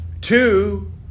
Two